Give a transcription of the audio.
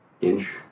inch